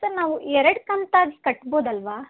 sir ನಾವು ಎರಡು ಕಂತಾಗಿ ಕಟ್ಬೋದಲ್ವಾ